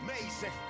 amazing